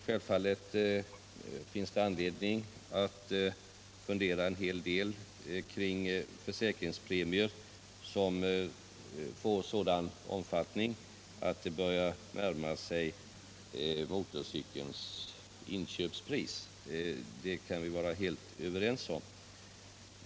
Självfallet finns det anledning att fundera en hel del kring försäkringspremier som får sådan storlek att premien börjar närma sig motorcykelns inköpspris — det kan vi vara helt överens om.